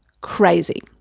crazy